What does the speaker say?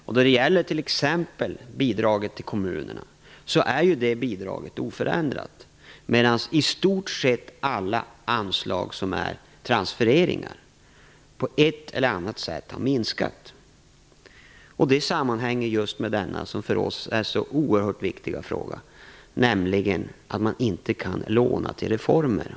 Bidraget till kommunerna, t.ex., är ju oförändrat medan i stort sett alla anslag som är transfereringar på ett eller annat sätt har minskat. Det sammanhänger med just den för oss så viktiga frågan, nämligen att man inte kan låna till reformer.